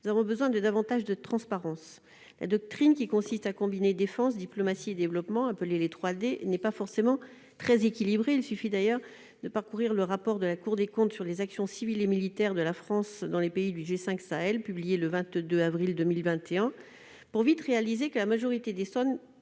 nous avons besoin d'une plus grande transparence. La doctrine consistant à combiner la défense, la diplomatie et le développement, appelés les « 3D », n'est pas forcément très équilibrée. Il suffit de parcourir le rapport de la Cour des comptes sur les actions civiles et militaires de la France dans les pays du G5 Sahel, publié le 22 avril 2021, pour comprendre très vite que la majorité des sommes